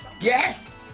Yes